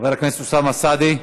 חבר הכנסת אוסאמה סעדי,